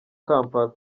kampala